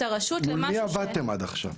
הרשות למשהו ש --- מול מי עבדתם עד עכשיו?